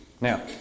Now